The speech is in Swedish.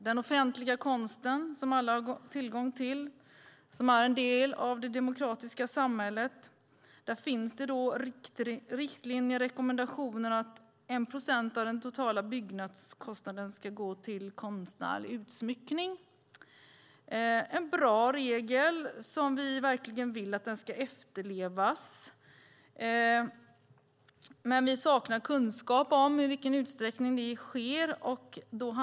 Den offentliga konsten som alla har tillgång till är en del av det demokratiska samhället. Där finns riktlinjer och rekommendationen att 1 procent av den totala byggkostnaden ska gå till konstnärlig utsmyckning. Det är en bra regel som verkligen ska efterlevas. Men vi saknar kunskap om i vilken utsträckning det sker.